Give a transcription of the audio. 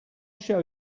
show